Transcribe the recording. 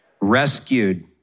Rescued